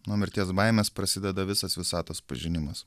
nuo mirties baimės prasideda visas visatos pažinimas